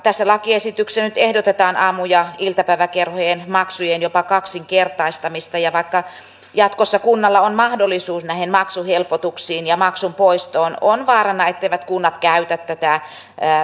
tässä lakiesityksessä nyt ehdotetaan aamu ja iltapäiväkerhojen maksujen jopa kaksinkertaistamista ja vaikka jatkossa kunnalla on mahdollisuus näihin maksuhelpotuksiin ja maksun poistoon on vaarana etteivät kunnat käytä tätä mahdollisuutta